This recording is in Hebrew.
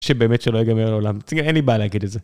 שבאמת שלא יגמר לעולם, אין לי בעיה להגיד את זה.